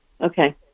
Okay